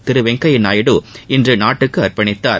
திரு வெங்கைய்யா நாயுடு இன்று நாட்டுக்கு அர்ப்பணித்தார்